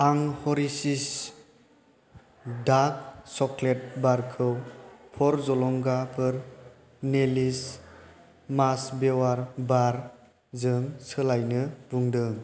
आं हारशिस dark chocolate बारखौ फर जलंगाफोर नेस्लि मानच वाफार बार जों सोलायनो बुंदों